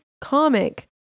comic